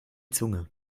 zunge